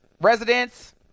residents